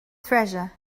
treasure